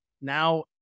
now